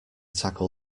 tackle